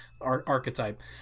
archetype